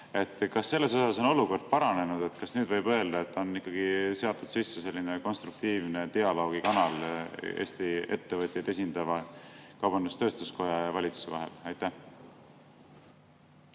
Kas selles osas on olukord paranenud? Kas nüüd võib öelda, et on ikkagi seatud sisse selline konstruktiivne dialoogikanal Eesti ettevõtjaid esindava kaubandus-tööstuskoja ja valitsuse vahel? Suur